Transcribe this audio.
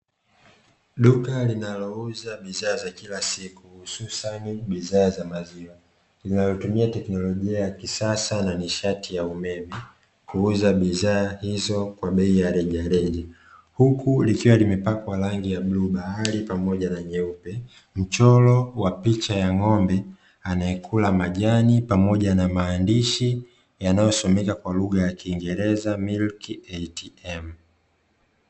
Duka linalouza bidhaa za kila siku hususani bidhaa za maziwa, zinazotumia teknolojia ya kisasa na nishati ya umeme kuuza bidhaa hizo kwa bei ya rejareja, huku likiwa limepakwa rangi ya blue bahari pamoja na nyeupe, mchoro wa picha ya ng'ombe anayekula majani pamoja na maandishi yanayosomeka kwa lugha ya kiingereza "Milk ATM".